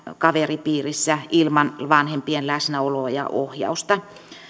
kaveripiirissä ilman vanhempien läsnäoloa ja ohjausta